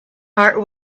heart